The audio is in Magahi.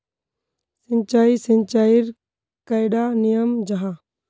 सिंचाई सिंचाईर कैडा नियम जाहा?